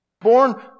born